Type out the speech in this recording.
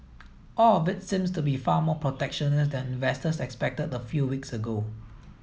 all of it seems to be far more protectionist than investors expected a few weeks ago